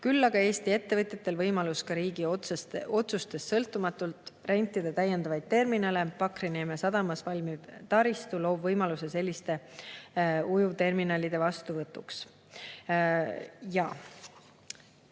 Küll on aga Eesti ettevõtjatel võimalus riigi otsustest sõltumatult rentida täiendavaid terminale. Pakrineeme sadamas valmiv taristu loob võimaluse selliste ujuvterminalide vastuvõtuks.11.